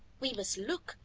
we must look,